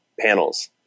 panels